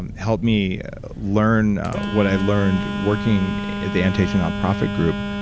and helped me learn what i learned working at the anti-aging nonprofit group,